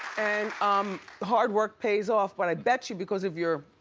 and, um the hard work pays off. but i bet you because of your,